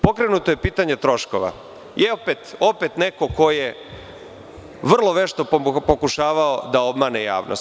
Pokrenuto je pitanje troškova i opet neko ko je vrlo vešto pokušavao da obmane javnost.